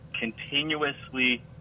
continuously